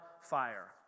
fire